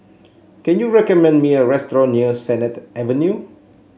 can you recommend me a restaurant near Sennett Avenue